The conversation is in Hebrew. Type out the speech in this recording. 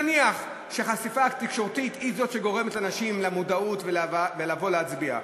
נניח שהחשיפה התקשורתית היא זאת שגורמת לאנשים למודעות ולבוא להצביע,